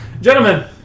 Gentlemen